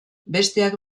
besteak